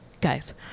guys